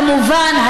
כמובן,